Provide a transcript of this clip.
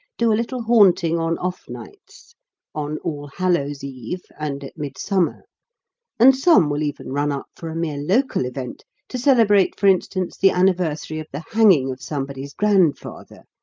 do a little haunting on off-nights on all-hallows eve, and at midsummer and some will even run up for a mere local event to celebrate, for instance, the anniversary of the hanging of somebody's grandfather,